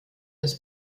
des